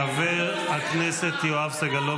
חבר הכנסת אבי מעוז